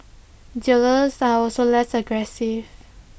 dealers are also less aggressive